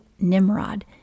Nimrod